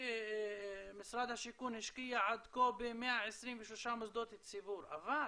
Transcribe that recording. המשרד השקיע עד כה ב-123 מוסדות ציבור, אבל